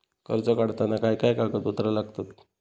कर्ज काढताना काय काय कागदपत्रा लागतत?